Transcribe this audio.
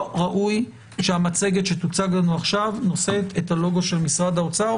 לא ראוי שהמצגת שתוצג לנו עכשיו נושאת את הלוגו של משרד האוצר,